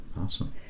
awesome